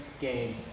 game